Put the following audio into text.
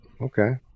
Okay